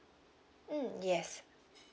mm yes